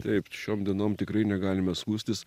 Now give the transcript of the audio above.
taip šiom dienom tikrai negalime skųstis